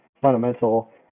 fundamental